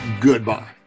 goodbye